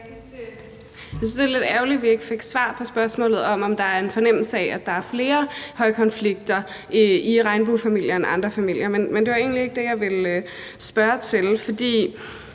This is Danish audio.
Jeg synes, det er lidt ærgerligt, at vi ikke fik svar på spørgsmålet, om der er en fornemmelse af, at der er flere højkonflikter i regnbuefamilier end i andre familier – men det var egentlig ikke det, jeg ville spørge til.